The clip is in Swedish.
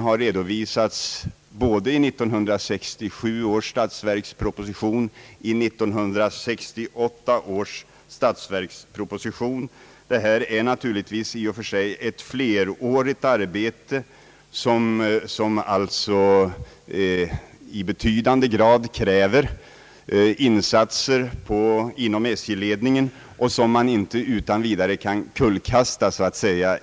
har redovisats både i 1967 års statsverksproposition och i 1968 års statsverksproposition. Det är naturligtvis här fråga om ett flerårigt arbete, som kräver betydande insatser från SJ:s sida och som inte utan vidare kan plötsligt avbrytas.